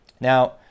Now